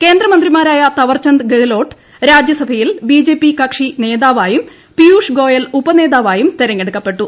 കേന്ദ്രമന്ത്രിമാരായ തവർചന്ദ് ഗെഹ്ലോട്ട് രാജ്യസഭയിൽ ബിജെപി കക്ഷിനേതാവായും പിയൂഷ്ഗോയൽ ഉപനേതാവായും തെരഞ്ഞെടുക്കപ്പെട്ടു